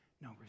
no